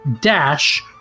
dash